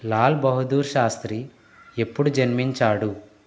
లాల్ బహదూర్ శాస్త్రి ఎప్పుడు జన్మించాడు